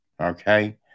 okay